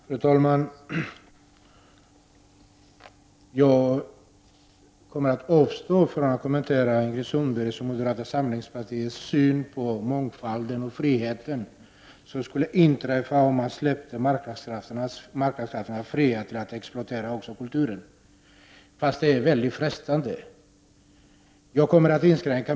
Fru talman! Jag kommer att avstå från att kommentera Ingrid Sundbergs och moderata samlingspartiets syn på mångfalden och friheten som skulle inträffa om man släppte marknadskrafterna fria till att exploatera också kulturen, fast det är väldigt frestande att beröra den saken.